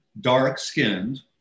dark-skinned